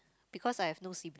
because I have no sibl~